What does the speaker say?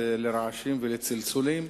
לרעשים ולצלצולים,